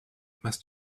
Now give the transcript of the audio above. must